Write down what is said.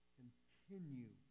continue